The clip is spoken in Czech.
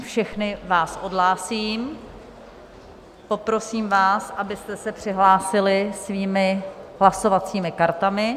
Všechny vás odhlásím, poprosím vás, abyste se přihlásili svými hlasovacími kartami.